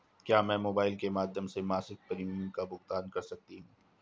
क्या मैं मोबाइल के माध्यम से मासिक प्रिमियम का भुगतान कर सकती हूँ?